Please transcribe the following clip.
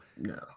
No